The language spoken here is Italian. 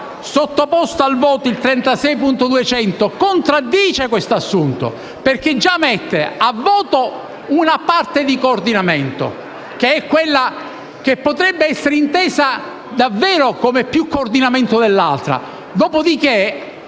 sottoposto al voto l'emendamento 36.200 contraddice questo assunto. Infatti, già mette al voto una parte di coordinamento, che è quella che potrebbe essere intesa davvero come più di coordinamento dell'altra; dopo di